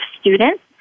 students